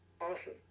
awesome